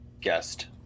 guest